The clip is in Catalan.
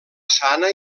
sana